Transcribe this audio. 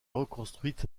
reconstruite